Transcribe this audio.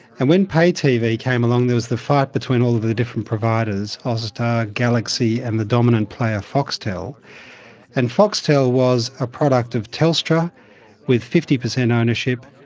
and when pay-tv came along there was the fight between all the different providers austar, galaxy, and the dominant player foxtel and foxtel was a product of telstra with fifty percent ownership,